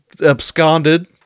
absconded